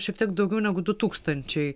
šiek tiek daugiau negu du tūkstančiai